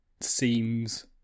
seems